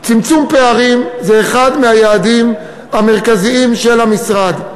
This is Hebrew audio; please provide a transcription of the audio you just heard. צמצום פערים הוא אחד מהיעדים המרכזיים של המשרד.